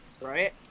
Right